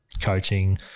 coaching